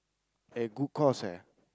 eh good course eh